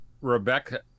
Rebecca